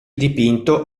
dipinto